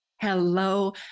Hello